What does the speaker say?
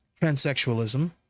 transsexualism